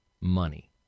money